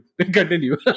continue